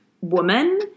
woman